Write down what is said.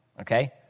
okay